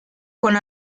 con